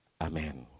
Amen